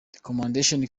recommendations